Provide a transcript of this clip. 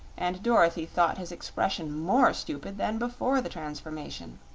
and dorothy thought his expression more stupid than before the transformation.